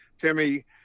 Timmy